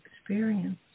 experience